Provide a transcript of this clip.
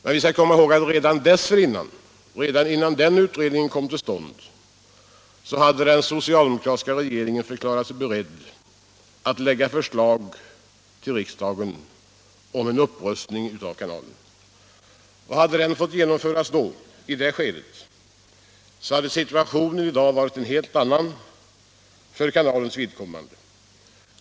Men vi skall komma ihåg att redan dessförinnan hade den socialdemokratiska regeringen förklarat sig beredd att lägga fram förslag till riksdagen om en upprustning av kanalen. Hade den fått genomföras då, i det skedet, skulle situationen i dag varit en helt annan för kanalens vidkommande.